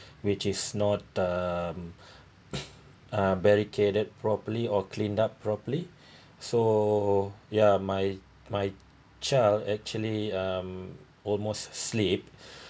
which is not um uh barricaded properly or cleaned up properly so ya my my child actually um almost slip